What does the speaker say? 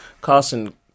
Carson